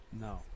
No